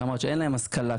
שאמרת שאין להם השכלה,